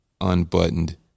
Unbuttoned